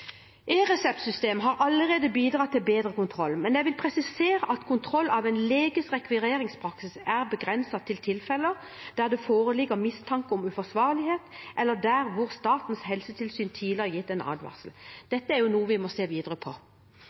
har allerede bidratt til bedre kontroll, men jeg vil presisere at kontroll av en leges rekvirering faktisk er begrenset til tilfeller der det foreligger mistanke om uforsvarlighet, eller der Statens helsetilsyn tidligere har gitt en advarsel. Dette er noe vi må se videre på.